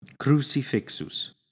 Crucifixus